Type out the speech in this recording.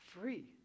free